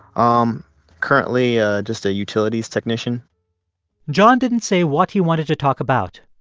um currently ah just a utilities technician john didn't say what he wanted to talk about.